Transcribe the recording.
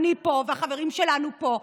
אני פה והחברים שלנו פה,